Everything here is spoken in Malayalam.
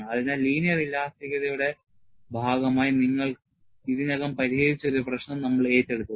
അതിനാൽ ലീനിയർ ഇലാസ്തികതയുടെ ഭാഗമായി നിങ്ങൾ ഇതിനകം പരിഹരിച്ച ഒരു പ്രശ്നം നമ്മൾ ഏറ്റെടുക്കും